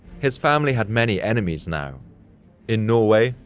his family had many enemies now in norway,